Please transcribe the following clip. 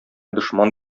дошман